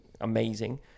amazing